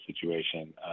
situation